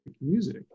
music